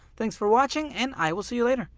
thanks for watching and i'll see you later.